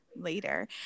later